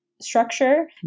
Structure